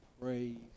praise